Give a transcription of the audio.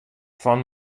fan